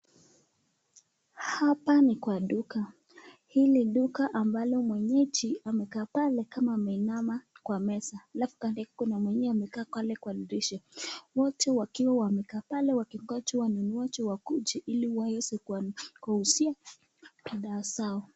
Hapa ni kwa duka, ili duka ambalo mwenyeji amekaa pale kama ameinama kwa meza alafu kando yake kuna mwingine amekaa pale kwa dirisha wote wakiwa wamekaa pale wakingoja wanunuaji wakuje ili waweze kuwauzia bidhaa zao.